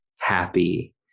happy